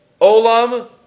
Olam